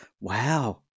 Wow